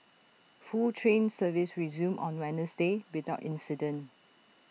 full train service resumed on Wednesday without incident